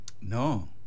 No